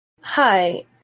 Hi